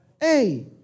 Hey